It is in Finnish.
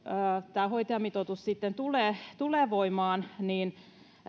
tämä hoitajamitoitus sitten tulee tulee voimaan niin